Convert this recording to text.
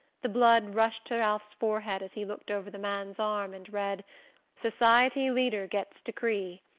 the blood rushed to ralph's forehead as he looked over the man's arm and read society leader gets decree,